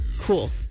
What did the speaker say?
cool